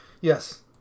Yes